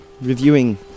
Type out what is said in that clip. reviewing